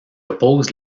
oppose